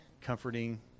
comforting